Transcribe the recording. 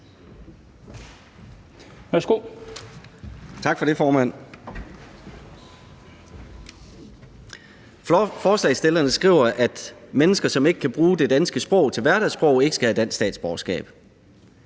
Tak for det, formand. Forslagsstillerne skriver, at mennesker, som ikke kan bruge det danske sprog til hverdagssprog, ikke skal have dansk statsborgerskab.